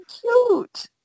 cute